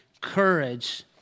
Courage